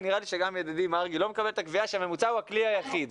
ונראה לי שגם ידידי מרגי לא מקבל את הקביעה שהממוצע הוא הכלי היחיד.